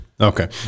Okay